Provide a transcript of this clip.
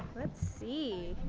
let's see.